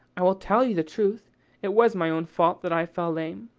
i will tell you the truth it was my own fault that i fell lame.